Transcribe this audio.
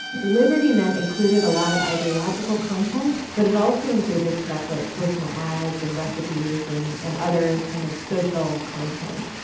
liberty net included a lot of ideological content, but it also included stuff like personal ads and recipes and and other kind of social content.